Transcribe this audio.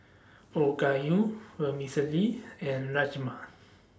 Okayu Vermicelli and Rajma